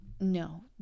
No